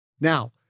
Now